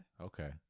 Okay